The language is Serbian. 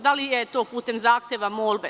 Da li je to putem zahteva molbe?